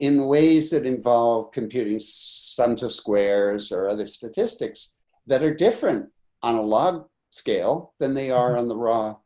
in ways that involve computing center squares or other statistics that are different on a log scale than they are on the raw